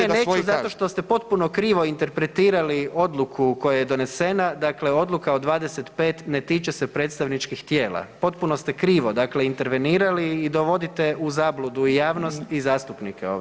Ne, neću zato što ste potpuno krivo interpretirali odluku koje je donesena, dakle odluka od 25 ne tiče se predstavničkih tijela, potpuno ste krivo intervenirali i dovodite u zabludu javnost i zastupnike.